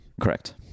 correct